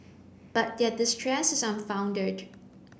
but their distress is unfounded